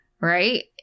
right